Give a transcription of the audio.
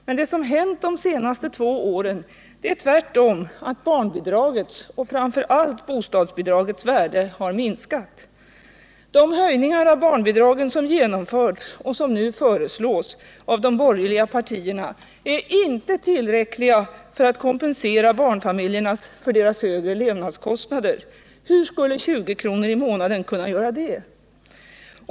Men det som hänt de senaste två åren är tvärtom att barnbidragets och framför allt bostadsbidragets värde minskat. De höjningar av barnbidragen som genomförts eller som nu föreslås av de borgerliga partierna är inte tillräckliga för att kompensera barnfamiljerna för deras högre levnadskostnader — hur skulle 20 kr. per månad kunna göra det?